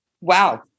wow